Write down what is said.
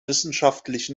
wissenschaftlich